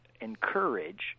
encourage